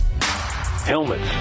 helmets